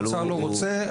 האוצר לא רוצה,